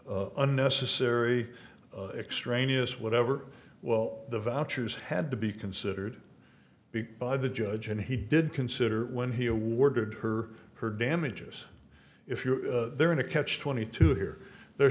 nnecessary extraneous whatever well the vouchers had to be considered big by the judge and he did consider when he awarded her her damages if you're there in a catch twenty two here they're